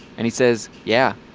and he says, yeah,